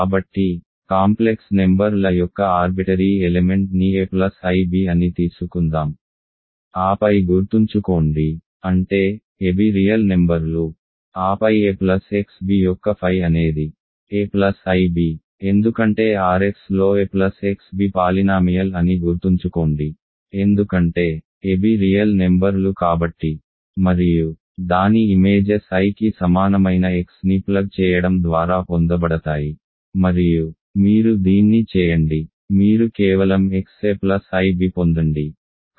కాబట్టి complex number ల యొక్క ఆర్బిటరీ ఎలెమెంట్ ని ఒక ప్లస్ ib అని తీసుకుందాం ఆపై గుర్తుంచుకోండి అంటే a b రియల్ నెంబర్ లు ఆపై a ప్లస్ xb యొక్క phi అనేది a ప్లస్ ib ఎందుకంటే R x లో a ప్లస్ xb పాలినామియల్ అని గుర్తుంచుకోండి ఎందుకంటే a b రియల్ నెంబర్ లు కాబట్టి మరియు దాని ఇమేజెస్ iకి సమానమైన xని ప్లగ్ చేయడం ద్వారా పొందబడతాయి మరియు మీరు దీన్ని చేయండి మీరు కేవలం x a plus i b పొందండి